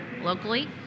locally